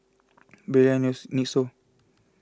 Barilla Nix so